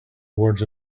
words